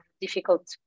difficult